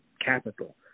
capital